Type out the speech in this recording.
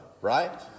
right